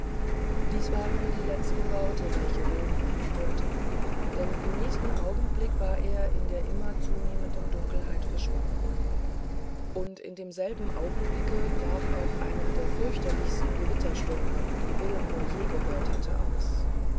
dies waren die letzten worte welche wilm von ihm hörte denn im nächsten augenblick war er in der immer zunehmenden dunkelheit verschwunden und in demselben augenblicke brach auch einer der fürchterlichsten gewitterstürme die wilm nur je gehört hatte aus